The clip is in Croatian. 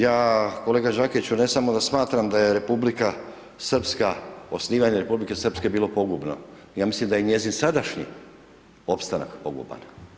Ja kolega Đakiću, ne samo da smatram da je Republika Srpska, osnivanje Republike Srpske bilo pogubno, ja mislim da je i njezin sadašnji opstanak poguban.